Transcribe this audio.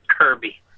Kirby